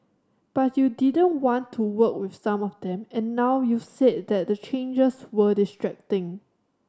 but you didn't want to work with some of them and now you've said that the changes were distracting